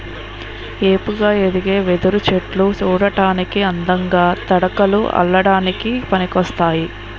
ఏపుగా ఎదిగే వెదురు చెట్టులు సూడటానికి అందంగా, తడకలు అల్లడానికి పనికోస్తాయి